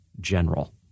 General